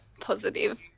positive